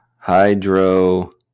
Hydro